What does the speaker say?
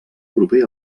proper